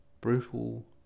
Brutal